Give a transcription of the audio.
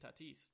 Tatis